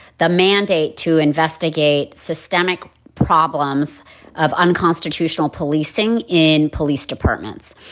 the mandate to investigate systemic problems of unconstitutional policing in police departments.